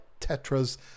tetras